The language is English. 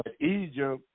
Egypt